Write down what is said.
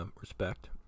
Respect